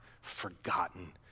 forgotten